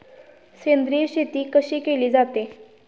सेंद्रिय शेती कशी केली जाते?